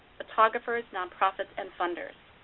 photographers, nonprofits, and funders.